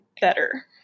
better